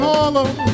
Harlem